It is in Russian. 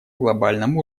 глобальном